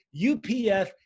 UPF